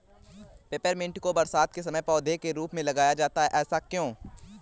Peppermint को बरसात के समय पौधे के रूप में लगाया जाता है ऐसा क्यो?